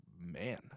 man